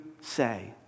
say